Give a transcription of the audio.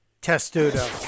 Testudo